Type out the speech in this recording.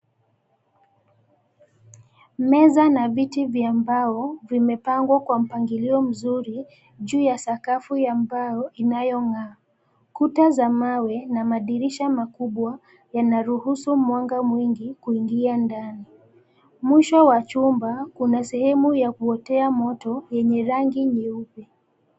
Meza na viti vya mbao vimepangwa kwa mpangilio mzuri juu ya sakafu ya mbao inayong'aa. Kuta za mawe na madirisha makubwa yanaruhusu mwanga mwingi kuingia ndani. Mwisho wa chumba kuna sehemu ya kuotea moto yenye rangi nyeupe.